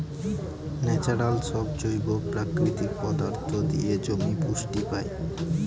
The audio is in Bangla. ন্যাচারাল সব জৈব প্রাকৃতিক পদার্থ দিয়ে জমি পুষ্টি পায়